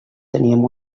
teníem